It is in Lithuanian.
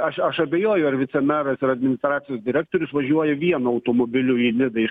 aš aš abejoju ar vicemeras ir administracijos direktorius važiuoju vien automobiliu į nidą iš